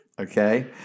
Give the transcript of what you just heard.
okay